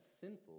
sinful